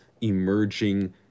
emerging